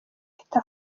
ahita